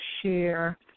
share